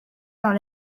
dans